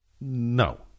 No